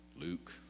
Luke